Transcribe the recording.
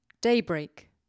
Daybreak